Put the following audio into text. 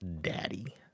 daddy